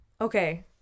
Okay